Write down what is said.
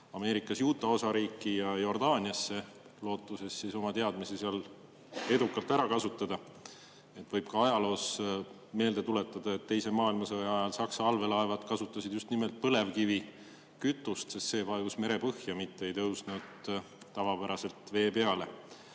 Ameerikas Utah' osariiki, lootuses oma teadmisi seal edukalt ära kasutada. Võib ka ajaloost meelde tuletada, et teise maailmasõja ajal Saksa allveelaevad kasutasid just nimelt põlevkivikütust, sest see vajus merepõhja, mitte ei tõusnud tavapäraselt vee peale.